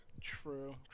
True